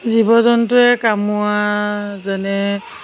জীৱ জন্তুৱে কামোৰা যেনে